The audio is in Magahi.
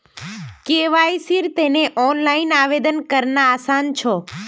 केवाईसीर तने ऑनलाइन आवेदन करना आसान छ